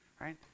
right